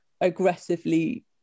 aggressively